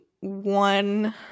one